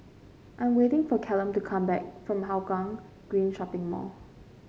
I am waiting for Callum to come back from Hougang Green Shopping Mall